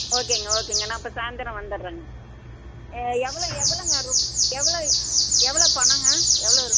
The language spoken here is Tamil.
ஓகேங்க ஓகேங்க நான் அப்போ சாய்ந்திரோம் வந்தர்றேங்க எவ்வளோ எவ்வளோங்க ரு எவ்வளோ எவ்வளோ பணங்க எவ்வளோ ரு